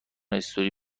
استوری